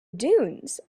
dunes